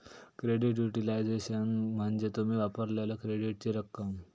credit utilisation म्हणजे तुम्ही वापरलेल्यो क्रेडिटची रक्कम